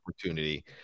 opportunity